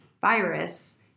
virus